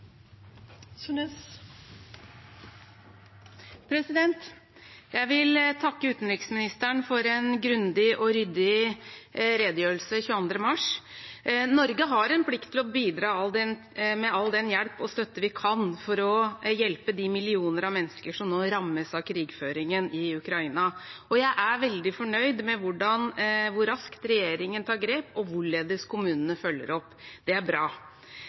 Jeg vil takke utenriksministeren for en grundig og ryddig redegjørelse 22. mars. Norge har en plikt til å bidra med all den hjelp og støtte vi kan for å hjelpe de millioner av mennesker som nå rammes av krigføringen i Ukraina. Jeg er veldig fornøyd med hvor raskt regjeringen tar grep og hvorledes kommunene følger opp. Det er bra.